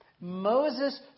Moses